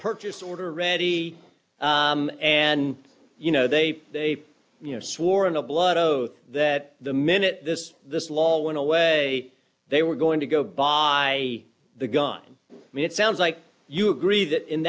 purchase order ready and you know they they you know swore in a blood oath that the minute this this law went away they were going to go buy the gun i mean it sounds like you agree that in